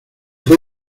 fue